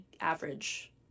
average